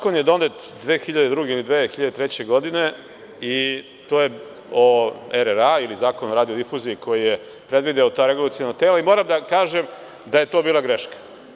Zakon je donet 2002. ili 2003. godine i to je o RRA ili Zakon o radiodifuziji, koji je predvideo ta regulaciona tela i moram da vam kažem da je to bila greška.